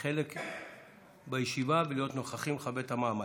דברים כחלק מהישיבה ולהיות נוכחים, לכבד את המעמד.